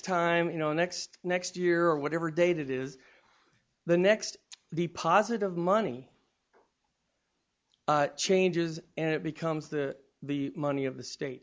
time you know next next year or whatever day that is the next the positive money changes and it becomes the the money of the state